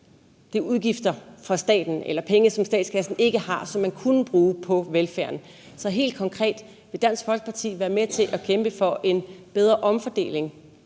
Det er udgifter for staten eller penge, som statskassen så ikke har, og som man kunne bruge på velfærden. Så helt konkret: Vil Dansk Folkeparti være med til at kæmpe for en bedre omfordeling